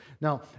Now